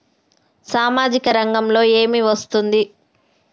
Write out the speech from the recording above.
సామాజిక రంగంలో ఏమి వస్తుంది?